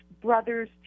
brothers